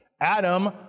Adam